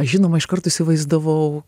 aš žinoma iškart įsivaizdavau